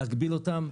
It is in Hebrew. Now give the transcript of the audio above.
להגביל אותם.